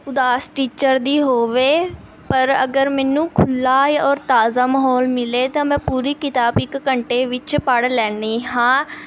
ਉਦਾਸ ਟੀਚਰ ਦੀ ਹੋਵੇ ਪਰ ਅਗਰ ਮੈਨੂੰ ਖੁੱਲ੍ਹਾ ਔਰ ਤਾਜ਼ਾ ਮਾਹੌਲ ਮਿਲੇ ਤਾਂ ਮੈਂ ਪੂਰੀ ਕਿਤਾਬ ਇੱਕ ਘੰਟੇ ਵਿੱਚ ਪੜ੍ਹ ਲੈਂਦੀ ਹਾਂ